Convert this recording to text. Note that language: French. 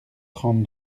trente